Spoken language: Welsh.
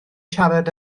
siarad